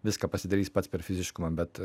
viską pasidarys pats per fiziškumą bet